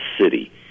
City